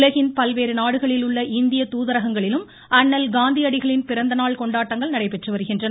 உலகின் பல்வேறு நாடுகளிலுள்ள இந்திய தூதரங்களிலும் அண்ணல் காந்தியடிகளின் பிறந்த நாள் கொண்டாட்டங்கள் நடைபெற்று வருகின்றன